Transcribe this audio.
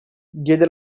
diede